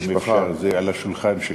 אם אפשר, זה על השולחן שלי.